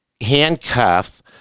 handcuff